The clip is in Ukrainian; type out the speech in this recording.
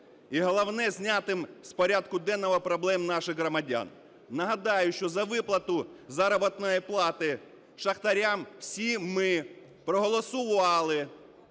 і, головне, знятим з порядку денного проблем наших громадян. Нагадаю, що за виплату заробітної плати шахтарям всі ми проголосували